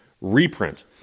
reprint